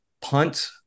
punt